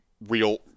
real